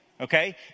okay